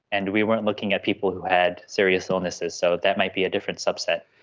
and we weren't looking at people who had serious illnesses, so that might be a different subset.